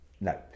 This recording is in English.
No